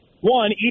One